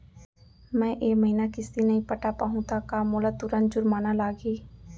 मैं ए महीना किस्ती नई पटा पाहू त का मोला तुरंत जुर्माना लागही?